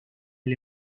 del